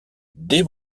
dès